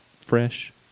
fresh